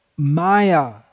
maya